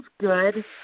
good